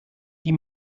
die